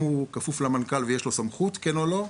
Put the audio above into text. האם הוא כפוף למנכ"ל ויש לו סמכות כן או לא.